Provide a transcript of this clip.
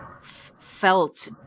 felt